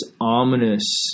ominous